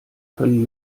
können